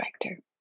director